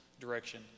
direction